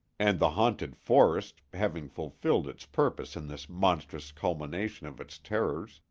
and the haunted forest, having fulfilled its purpose in this monstrous culmination of its terrors,